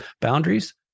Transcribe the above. boundaries